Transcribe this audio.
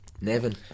Nevin